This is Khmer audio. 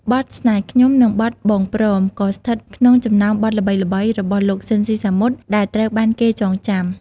បទ"ស្នេហ៍ខ្ញុំ" និងបទ "បងព្រម" ក៏ស្ថិតក្នុងចំណោមបទល្បីៗរបស់លោក ស៊ីន ស៊ីសាមុត ដែលត្រូវបានគេចងចាំ។